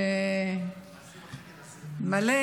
שמלא